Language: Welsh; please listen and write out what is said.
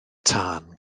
tân